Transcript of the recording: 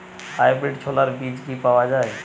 Hybrid ছোলার বীজ কি পাওয়া য়ায়?